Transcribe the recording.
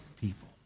people